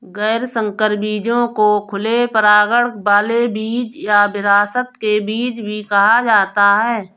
गैर संकर बीजों को खुले परागण वाले बीज या विरासत के बीज भी कहा जाता है